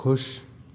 खुश